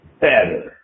better